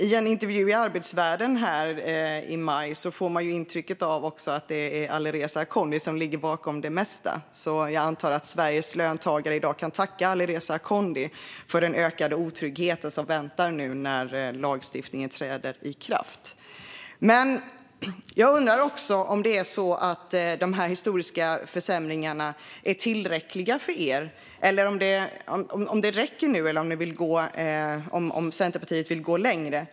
I en intervju i Arbetsvärlden i maj fick man intrycket att det är Alireza Akhondi som ligger bakom det mesta. Jag antar därför att Sveriges löntagare i dag kan tacka Alireza Akhondi för den ökade otrygghet som väntar nu när lagstiftningen träder i kraft. Jag undrar om de historiska försämringarna är tillräckliga för er. Räcker det nu eller vill Centerpartiet gå längre?